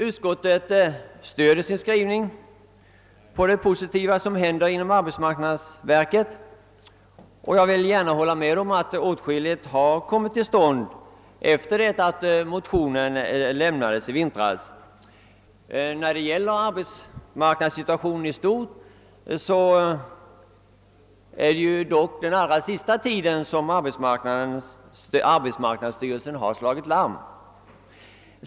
Utskottet stöder sin skrivning på det positiva som händer inom arbetsmarknadsverket. Jag vill gärna hålla med om att åtskilliga förbättringar har kommit till stånd efter det att motionen lämnades i vintras. Beträffande arbetslöshetssituationen i stort är det dock under den allra sista tiden som arbetsmarknadsstyrelsen slagit larm.